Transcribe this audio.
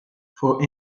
for